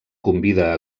convida